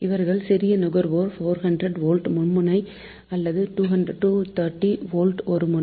இவர்கள் சிறிய நுகர்வோர் 400 வோல்ட் மும்முனை அல்லது 230 வோல்ட் ஒருமுனை